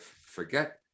forget